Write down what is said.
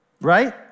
Right